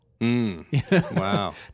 Wow